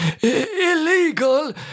illegal